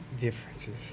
Differences